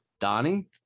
Donnie